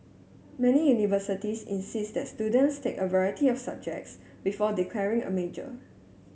many universities insist that students take a variety of subjects before declaring a major